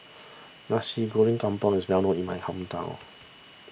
Nasi Goreng Kampung is well known in my hometown